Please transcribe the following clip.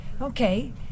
Okay